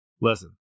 Listen